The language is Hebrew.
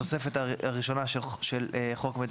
בתוספת הראשונה של חוק המידע